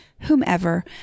whomever